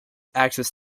access